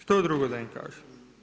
Što drugo da im kažem.